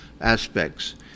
aspects